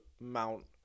Mount